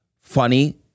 funny